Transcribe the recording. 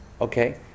Okay